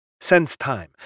SenseTime